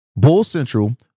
BULLCENTRAL